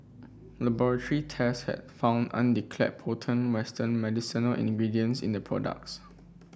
laboratory tests had found undeclared potent western medicinal ingredients in the products